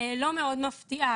שאינה מפתיעה,